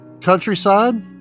countryside